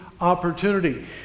opportunity